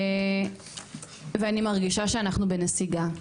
ואני מרגישה שאנחנו בנסיגה.